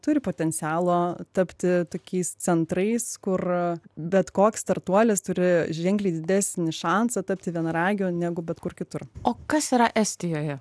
turi potencialo tapti tokiais centrais kur bet koks startuolis turi ženkliai didesnį šansą tapti vienaragiu negu bet kur kitur o kas yra estijoje